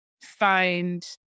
find